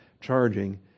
charging